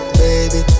baby